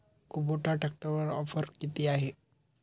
Kubota ट्रॅक्टरवर offer किती आहे?